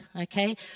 okay